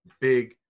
big